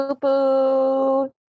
poo-poo